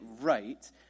right